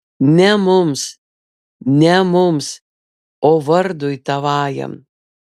ne mums ne mums o vardui tavajam